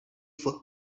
for